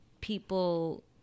people